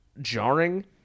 jarring